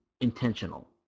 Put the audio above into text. intentional